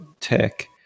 tech